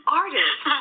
artist